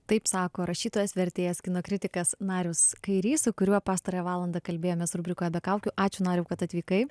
taip sako rašytojas vertėjas kino kritikas narius kairys su kuriuo pastarąją valandą kalbėjomės rubrikoje be kaukių ačiū nariau kad atvykai